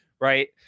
right